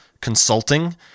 consulting